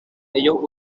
ellos